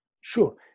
Sure